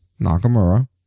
Nakamura